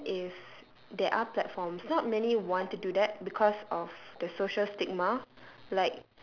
even if there are platforms not many want to do that because of the social stigma